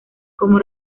como